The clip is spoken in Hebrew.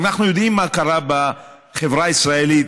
אנחנו יודעים מה קרה בחברה הישראלית,